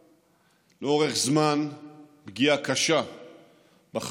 שלאורך זמן הושגה בה פגיעה קשה בחמאס,